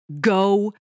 go